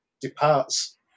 Departs